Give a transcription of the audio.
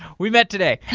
we've met today.